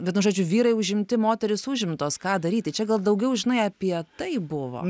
vienu žodžiu vyrai užimti moterys užimtos ką daryti čia gal daugiau žinai apie tai buvo